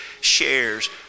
shares